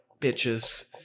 bitches